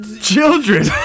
Children